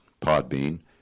Podbean